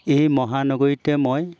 এই মহানগৰীতে মই